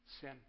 sin